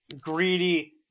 greedy